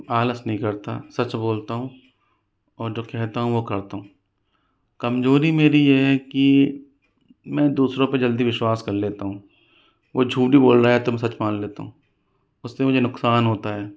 आलस नही करता सच बोलता हूँ और जो कहता हूँ वो करता हूँ कमजोरी मेरी यह है कि मैं दूसरों पर जल्दी विश्वास कर लेता हूँ वह झूठ भी बोल रहा है तो मैं सच मान लेता हूँ उससे मुझे नुकसान होता है